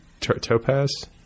Topaz